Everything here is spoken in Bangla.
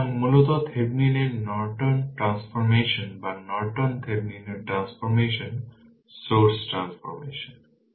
সুতরাং মূলত থেভেনিনের নর্টন ট্রান্সফরমেশন বা নর্টন থেভেনিনের ট্রান্সফর্মেশন সোর্স ট্রান্সফরমেশন